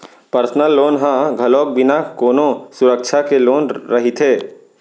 personal loan ह घलोक बिना कोनो सुरक्छा के लोन रहिथे